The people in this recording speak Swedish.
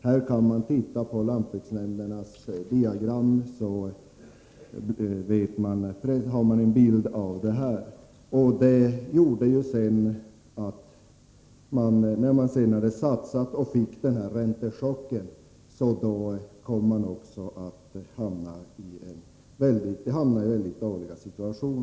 Detta kan man få en bild av om man tittar på lantbruksnämndernas diagram. När jordbrukarna fick den här räntechocken efter att ha satsat pengar hamnade de i en besvärlig situation.